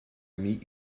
meet